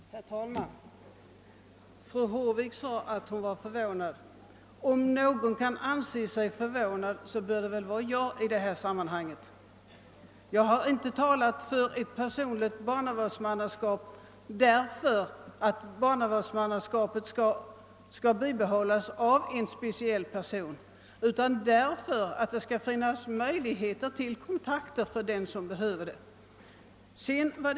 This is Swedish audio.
Herr talman! Fru Håvik sade att hon var förvånad. Om någon skall bli förvånad i detta sammanhang, bör det väl vara jag. Jag har inte talat för ett personligt barnavårdsmannaskap därför att barnavårdsmannaskapet skulle få bibehållas av någon speciell person utan därför att det därigenom skulle ges möjligheter till kontakter för dem som behöver sådana.